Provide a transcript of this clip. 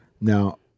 Now